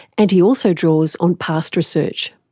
and he also draws on past research.